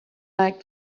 like